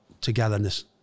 togetherness